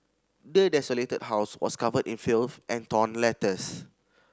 the desolated house was covered in filth and torn letters